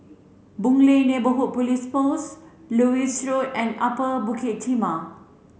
Boon Lay Neighbourhood Police Post Lewis Road and Upper Bukit Timah